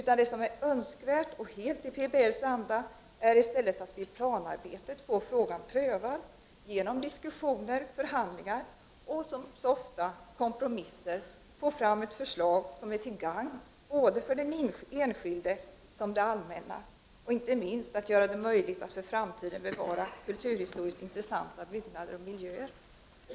De är i stället önskvärt och helt i PBL:s anda att vid planarbetet få frågan prövad och genom diskussioner, förhandlingar och, som så ofta, kompromisser få fram ett förslag, som är till gagn både för den enskilde och för det allmänna, samt inte minst att göra det möjligt att för framtiden bevara kulturhistoriskt intressanta byggnader och miljöer.